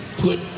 put